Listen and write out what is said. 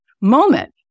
moment